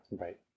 Right